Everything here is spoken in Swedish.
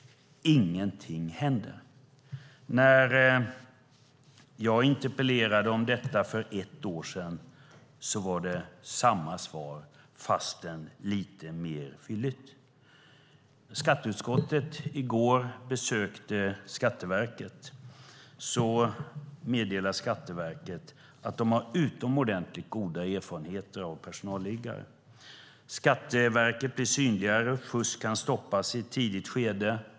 Ingenting händer. När jag interpellerade om detta för ett år sedan var det samma svar fastän lite mer fylligt. När skatteutskottet i går besökte Skatteverket meddelade Skatteverket att de har utomordentligt goda erfarenheter av personalliggare. Skatteverket blir synligare, och fusk kan stoppas i ett tidigt skede.